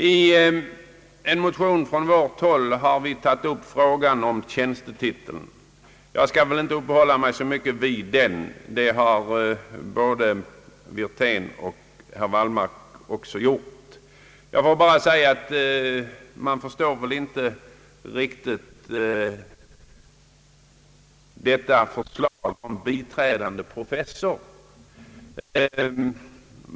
I en motion från vårt håll har vi tagit upp frågan om tjänstetitel, men jag skall inte särskilt uppehålla mig vid den frågan, eftersom både herr Wirtén och herr Wallmark har diskuterat den. Jag vill bara säga att jag inte riktigt förstår varför man här föreslår titeln biträdande professor.